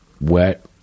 wet